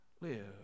live